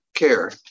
Care